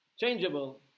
changeable